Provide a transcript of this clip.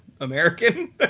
American